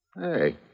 Hey